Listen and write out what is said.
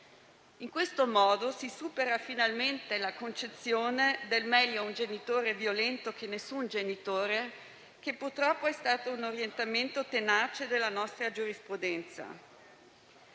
In questo modo, si supera finalmente la concezione tale per cui è meglio un genitore violento che nessun genitore, che purtroppo è stato un orientamento tenace della nostra giurisprudenza.